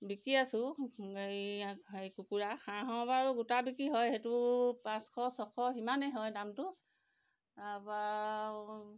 বিকি আছো হেৰি কুকুৰা হাঁহৰ বাৰু গোটা বিক্ৰী হয় সেইটো পাঁচশ ছশ সিমানেই হয় দামটো তাৰপৰা আৰু